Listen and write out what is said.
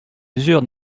mesures